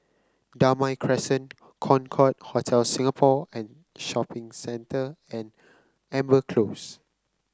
Damai Crescent Concorde Hotel Singapore and Shopping Center and Amber Close